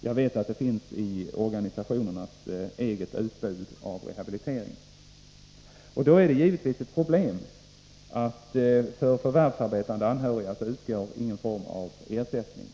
Jag vet att det finns sådana möjligheter i organisationernas eget utbud av rehabilitering. Då är det givetvis ett problem att det för förvärvsarbetande anhöriga inte utgår någon form av ersättning.